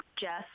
Jess